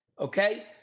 okay